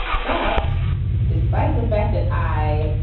but despite the fact that i,